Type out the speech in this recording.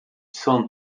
cent